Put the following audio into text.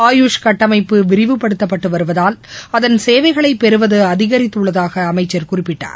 ஆயுஷ் கட்டமைப்பு விரிவுப்படுத்தப்படடு வருவதால் அதன் சேவைகளை பெறுவது அதிகரித்துள்ளதாக அமைச்சர் குறிப்பிட்டார்